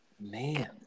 Man